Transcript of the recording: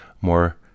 more